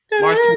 March